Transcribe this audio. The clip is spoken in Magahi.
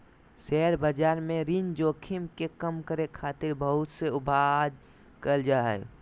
शेयर बाजार में ऋण जोखिम के कम करे खातिर बहुत से उपाय करल जा हय